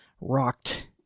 rocked